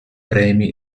premi